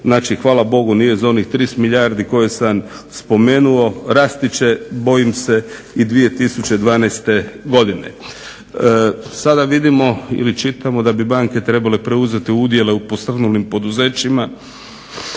hvala Bogu nije za onih 30 milijardi koje sam spomenuo. Rasti će bojim se i 2012. godine. Sada vidimo ili čitamo da bi banke trebale preuzeti udjele u posrnulim poduzećima,